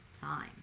time